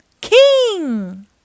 king